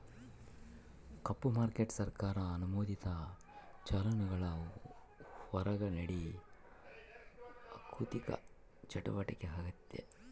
ಕಪ್ಪು market ಸರ್ಕಾರ ಅನುಮೋದಿತ ಚಾನೆಲ್ಗುಳ್ ಹೊರುಗ ನಡೇ ಆಋಥಿಕ ಚಟುವಟಿಕೆ ಆಗೆತೆ